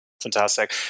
Fantastic